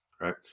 right